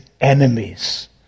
enemies